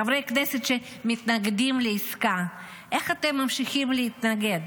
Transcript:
חברי הכנסת שמתנגדים לעסקה: איך אתם ממשיכים להתנגד?